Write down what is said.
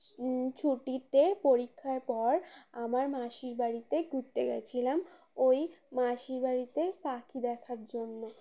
ছুটিতে পরীক্ষার পর আমার মাসির বাড়িতে ঘুরতে গেছিলাম ওই মাসির বাড়িতে পাখি দেখার জন্য